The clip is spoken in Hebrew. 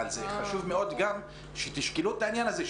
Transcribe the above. חשוב מאוד גם שתשקלו את העניין הזה,